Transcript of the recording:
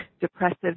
depressive